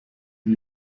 die